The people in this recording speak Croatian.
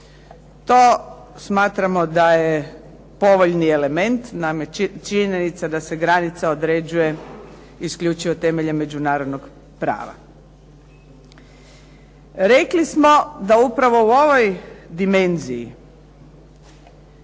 To smatramo da je povoljni element. Naime, činjenica je da se granica određuje isključivo temeljem međunarodnog prava. Rekli smo da upravo u ovoj dimenziji,